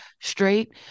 straight